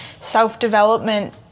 self-development